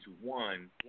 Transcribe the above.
one